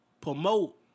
promote